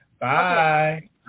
Bye